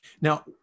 now